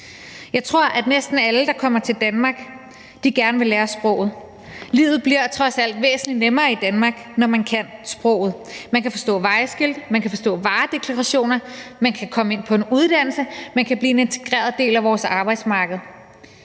Jeg tror, at næsten alle, der kommer til Danmark, gerne vil lære sproget. Livet bliver trods alt væsentlig nemmere i Danmark, når man kan sproget. Man kan forstå vejskilte, man kan forstå varedeklarationer, man kan komme ind på en uddannelse, og man kan blive en integreret del af vores arbejdsmarked.